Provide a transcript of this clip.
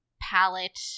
palette